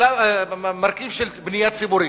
מרכיב של בנייה ציבורית.